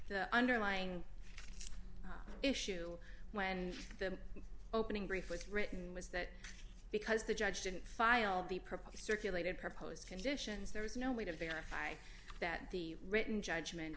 the underlying issue when the opening brief was written was that because the judge didn't file the proposed circulated proposed conditions there was no way to verify that the written judgment